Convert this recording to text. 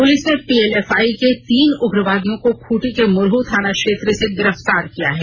police ने PLFI के तीन उग्रवादियों को खूंटी के मुरहु थाना क्षेत्र से गिरफ्तार किया है